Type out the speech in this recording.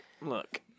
look